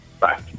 Bye